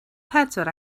pedwar